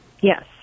Yes